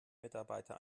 mitarbeiter